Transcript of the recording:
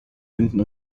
hinten